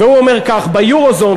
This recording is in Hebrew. והוא אומר כך: ב-eurozone,